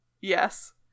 Yes